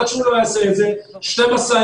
עד שהוא לא יעשה את זה שתי משאיות,